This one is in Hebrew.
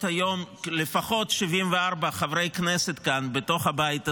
היום לפחות 74 חברי כנסת כאן בתוך הבית הזה,